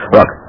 Look